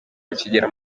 bakigera